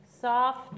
Soft